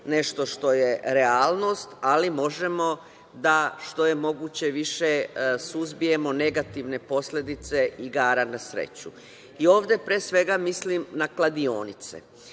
nešto što je realnost, ali možemo da što je moguće više suzbijemo negativne posledice igara na sreću. Ovde pre svega, mislim na kladionice,